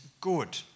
good